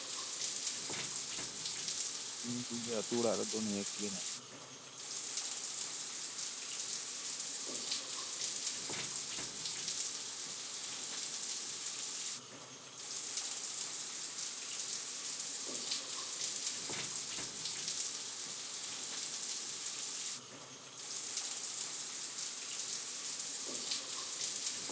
ᱱᱤᱭᱟᱹ ᱠᱚᱜᱮ ᱟᱹᱛᱩ ᱚᱲᱟᱜ ᱨᱮᱫᱚ ᱱᱤᱭᱟᱹ ᱠᱚᱜᱮ ᱧᱟᱢᱚᱜᱼᱟ